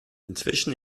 inzwischen